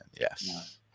yes